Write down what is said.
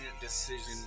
decision